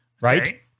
right